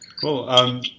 Cool